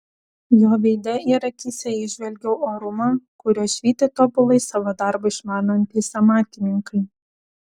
jo veide ir akyse įžvelgiau orumą kuriuo švyti tobulai savo darbą išmanantys amatininkai